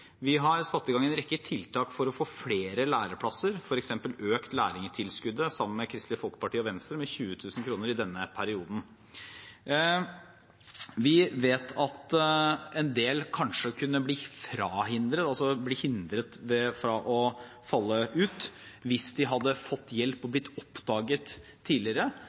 Vi har satt i gang en rekke tiltak for å få flere læreplasser, f.eks. økt lærlingtilskuddet, sammen med Kristelig Folkeparti og Venstre, med 20 000 kr i denne perioden. Vi vet at en del kanskje kunne blitt hindret fra å falle ut hvis de hadde fått hjelp og blitt oppdaget tidligere.